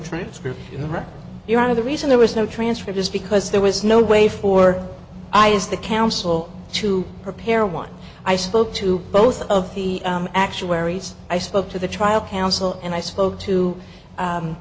transcript or you're out of the reason there was no transfer just because there was no way for i is the counsel to prepare one i spoke to both of the actuaries i spoke to the trial counsel and i spoke to